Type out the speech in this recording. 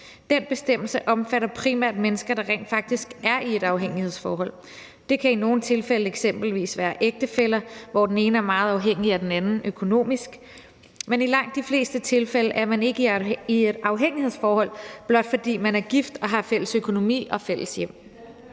Den bestemmelse omfatter primært mennesker, der rent faktisk er i et afhængighedsforhold. Det kan i nogle tilfælde eksempelvis være ægtefæller, hvor den ene er meget afhængig af den anden økonomisk. Men i langt de fleste tilfælde er man ikke i et afhængighedsforhold, blot fordi man er gift og har fælles økonomi og fælles hjem.